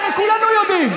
הרי כולנו יודעים.